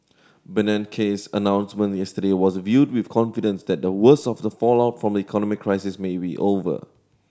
Bernanke's announcement yesterday was viewed with confidence that the worst of the fallout from the economic crisis may be over